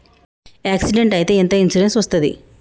Accident అయితే ఎంత insurance వస్తది?